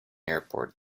airport